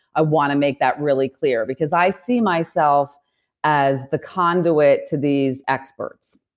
ah want to make that really clear because i see myself as the conduit to these experts.